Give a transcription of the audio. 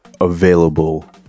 available